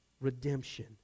redemption